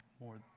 more